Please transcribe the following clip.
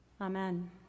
Amen